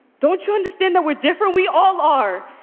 don't you understand that we're different, we all are.